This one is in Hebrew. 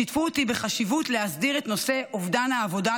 שיתפו אותי בחשיבות הסדרת נושא אובדן העבודה.